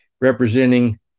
representing